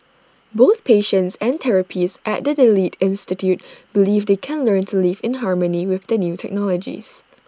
both patients and therapists at the delete institute believe they can learn to live in harmony with the new technologies